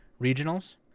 regionals